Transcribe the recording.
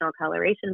coloration